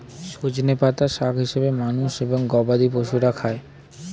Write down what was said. সজনে পাতা শাক হিসেবে মানুষ এবং গবাদি পশুরা খায়